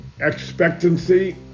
expectancy